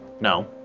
No